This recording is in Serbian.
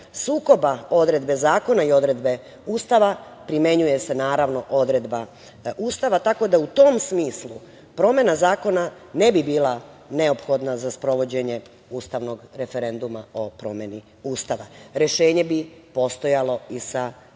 sukoba odredbe zakona i odredbe Ustava primenjuje se, naravno, odredba Ustava, tako da u tom smislu promena zakona ne bi bila neophodna za sprovođenje ustavnog referenduma o promeni Ustava. Rešenje bi postojalo i sa važećim